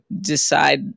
decide